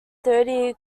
thirty